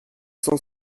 cent